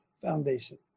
Foundation